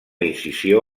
incisió